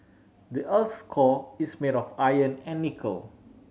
the earth core is made of iron and nickel